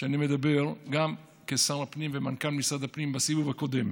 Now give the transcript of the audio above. שאני מדבר גם כשר הפנים וכמנכ"ל משרד הפנים בסיבוב הקודם,